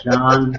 John